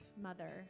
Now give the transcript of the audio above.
mother